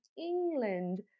England